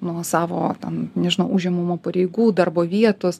nuo savo ten nežinau užimamų pareigų darbo vietos